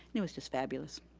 it was just fabulous.